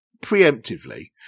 preemptively